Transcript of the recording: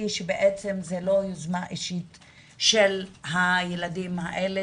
שבעצם זו לא יוזמה אישית של הילדים האלה.